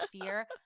fear